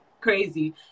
crazy